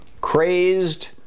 crazed